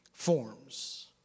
Forms